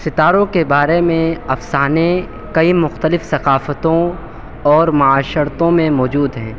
ستاروں کے بارے میں افسانے کئی مختلف ثقافتوں اور معاشرتوں میں موجود ہیں